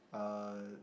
uh